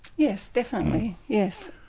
yes, definitely, yes.